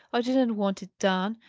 i didn't want it done,